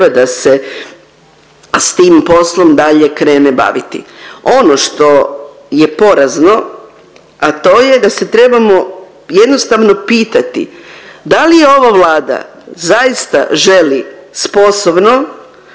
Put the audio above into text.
da se s tim poslom dalje krene baviti. Ono što je porazno, a to je da se trebamo jednostavno pitati da li ova Vlada zaista želi sposobno